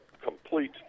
complete